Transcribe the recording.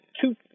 two